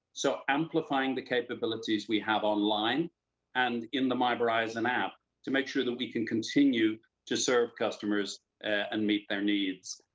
so amplifying the capability we have online and. in the my verizon app to make sure we can continue to serve customers and meet their needs.